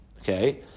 Okay